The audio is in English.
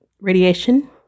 Radiation